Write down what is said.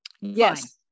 Yes